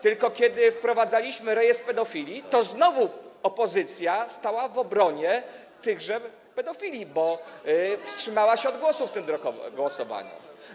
Tylko kiedy wprowadzaliśmy rejestr pedofili, to znowu opozycja stanęła w obronie tychże pedofili, bo wstrzymała się od głosu w tym głosowaniu.